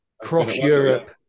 cross-Europe